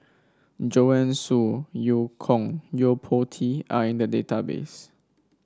Joanne Soo Eu Kong Yo Po Tee are in the database